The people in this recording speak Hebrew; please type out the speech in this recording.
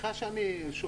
סליחה שאני שואל,